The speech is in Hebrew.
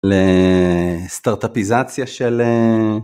לסטארטאפיזציה של.